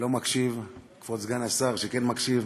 שלא מקשיב, כבוד סגן השר שכן מקשיב,